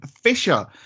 Fisher